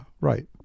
right